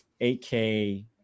8K